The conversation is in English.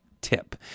tip